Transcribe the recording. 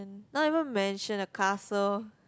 not even mansion a castle